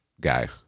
guy